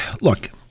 look